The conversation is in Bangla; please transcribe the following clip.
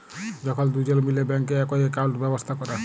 যখল দুজল মিলে ব্যাংকে একই একাউল্ট ব্যবস্থা ক্যরে